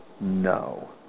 no